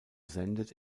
sendet